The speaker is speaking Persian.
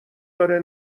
داره